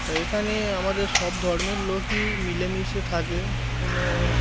তা এখানে আমাদের সব ধর্মের লোকই মিলেমিশে থাকে কোনো